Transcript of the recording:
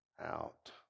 out